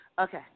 Okay